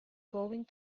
going